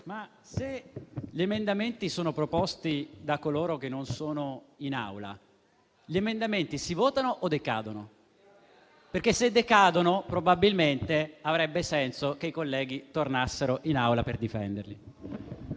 Se gli emendamenti sono proposti da coloro che non sono in Aula, si votano o decadono? Perché, se decadono, probabilmente avrebbe senso che i colleghi tornassero in Aula per difenderli.